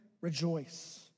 rejoice